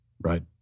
right